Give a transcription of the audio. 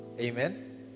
Amen